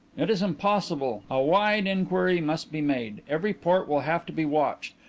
it is impossible. a wide inquiry must be made. every port will have to be watched.